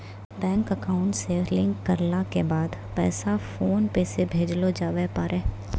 bank account से link करला के बाद पैसा फोनपे से भेजलो जावै पारै